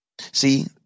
See